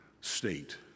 state